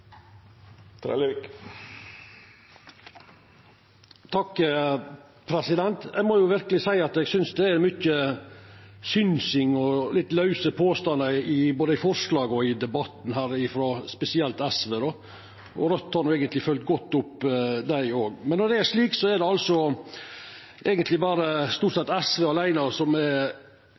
stor takk til alle dem som har stått på og fortsatt står på for en human asyl- og flyktningpolitikk. Deres stemmer trengs fortsatt. Eg må verkeleg seia at eg synest det er mykje synsing og lause påstandar både i forslag og i debatten her, spesielt frå SV – og Raudt har eigentleg følgt godt opp. Når det er slik, er det eigentleg stort sett berre SV åleine som